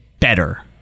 better